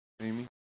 Amy